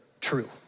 true